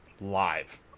live